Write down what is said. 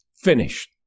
finished